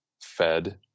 fed